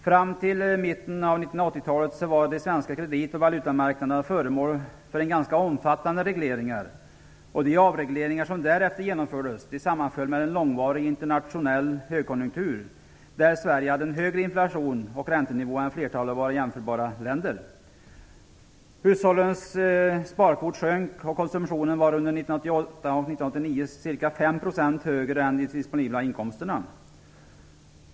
Fram till mitten av 1980-talet var de svenska kredit och valutamarknaderna föremål för ganska omfattande regleringar, och de avregleringar som därefter genomfördes sammanföll med en långvarig internationell högkonjunktur, där Sverige hade en högre inflation och räntenivå än flertalet av våra jämförbara länder. Hushållens sparkvot sjönk, och konsumtionen var under 1988 och 1989 ca 5 % högre än de disponibla inkomsterna.